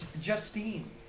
Justine